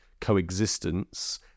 coexistence